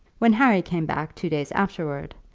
when harry came back two days afterwards,